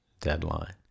deadline